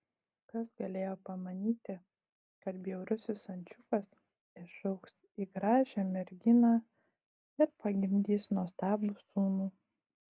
kas galėjo pamanyti kad bjaurusis ančiukas išaugs į gražią merginą ir pagimdys nuostabų sūnų